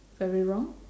very wrong